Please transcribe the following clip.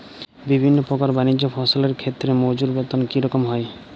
বিভিন্ন প্রকার বানিজ্য ফসলের ক্ষেত্রে মজুর বেতন কী রকম হয়?